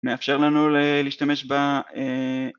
מאפשר לנו להשתמש ב...